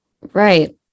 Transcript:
Right